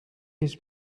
his